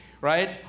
right